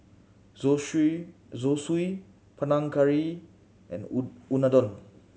Zosui Panang Curry and Unadon